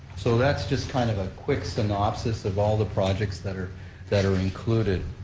so that's just kind of a quick synopsis of all the projects that are that are included.